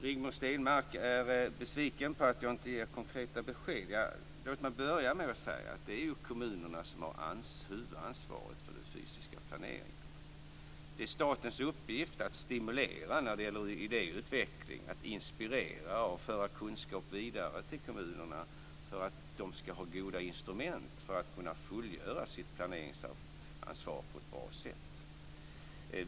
Rigmor Stenmark är besviken på att jag inte ger konkreta besked. Låt mig börja med att säga att det är kommunerna som har huvudansvaret för den fysiska planeringen. Det är statens uppgift att stimulera när det gäller idéutveckling, att inspirera och föra kunskap vidare till kommunerna för att de ska ha goda instrument för att kunna fullgöra sitt planeringsansvar på ett bra sätt.